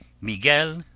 Miguel